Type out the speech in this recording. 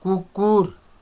कुकुर